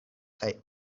kaj